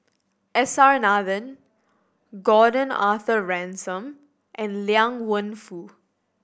S R Nathan Gordon Arthur Ransome and Liang Wenfu